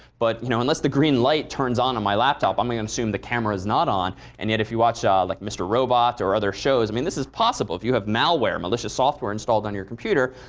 but, you know, unless the green light turns on on my laptop, i'm going to and assume the camera's not on. and yet if you watch ah like mr. robot or other shows, i mean, this is possible. if you have malware, malicious software installed on your computer,